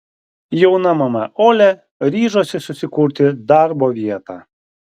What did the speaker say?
jauna mama olia ryžosi susikurti darbo vietą